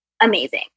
amazing